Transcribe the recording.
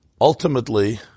Ultimately